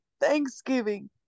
thanksgiving